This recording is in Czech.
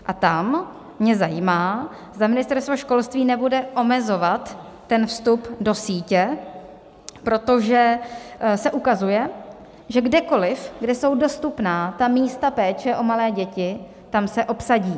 A tam mě zajímá, zda Ministerstvo školství nebude omezovat ten vstup do sítě, protože se ukazuje, že kdekoliv, kde jsou dostupná ta místa péče o malé děti, tam se obsadí.